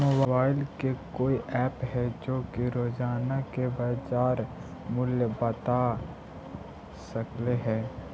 Mobile के कोइ app है जो कि रोजाना के बाजार मुलय बता सकले हे?